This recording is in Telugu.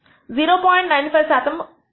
95 శాతము ఉంటుంది